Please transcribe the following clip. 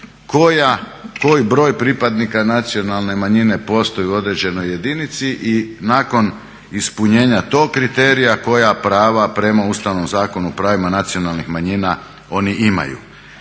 koji broj pripadnika nacionalne manjine postoji u određenoj jedinici. I nakon ispunjenja tog kriterija koja prava prema Ustavnom zakonu o pravima nacionalnih manjina oni imaju.